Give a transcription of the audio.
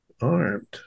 Armed